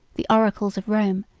the oracles of rome,